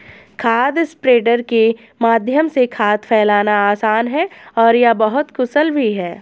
खाद स्प्रेडर के माध्यम से खाद फैलाना आसान है और यह बहुत कुशल भी है